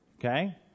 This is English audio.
Okay